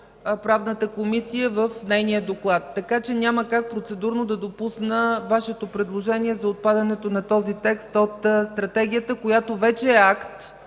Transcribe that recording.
Правната комисия в нейния доклад, така че няма как процедурно да допусна Вашето предложение за отпадането на този текст от Стратегията, която вече е акт